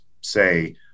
say